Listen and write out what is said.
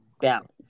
balance